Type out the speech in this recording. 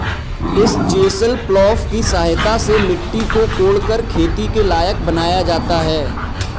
इस chisel plough की सहायता से मिट्टी को कोड़कर खेती के लायक बनाया जाता है